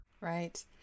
Right